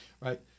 right